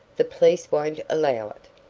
the police won't allow it.